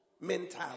mentality